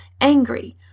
angry